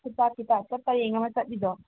ꯐꯨꯠꯄꯥꯠꯀꯤ ꯇꯥꯏꯞꯇ ꯄꯔꯦꯡ ꯑꯃ ꯆꯠꯂꯤꯗꯣ